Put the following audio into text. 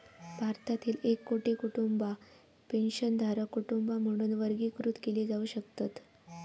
भारतातील एक कोटी कुटुंबा पेन्शनधारक कुटुंबा म्हणून वर्गीकृत केली जाऊ शकतत